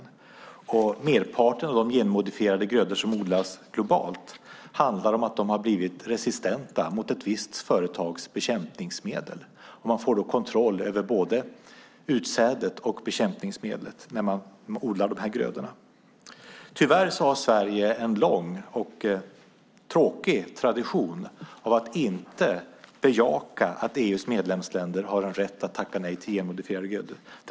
När det gäller merparten av de genmodifierade grödor som odlas globalt handlar det om att de har blivit resistenta mot ett visst företags bekämpningsmedel. Man får då kontroll över både utsädet och bekämpningsmedlet när man odlar de här grödorna. Tyvärr har Sverige en lång och tråkig tradition av att inte bejaka att EU:s medlemsländer har rätt att tacka nej till genmodifierade grödor.